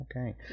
Okay